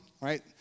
right